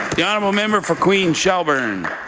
the honourable member for queen shelburne.